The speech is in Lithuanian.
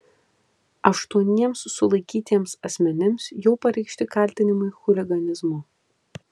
aštuoniems sulaikytiems asmenims jau pareikšti kaltinimai chuliganizmu